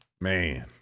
man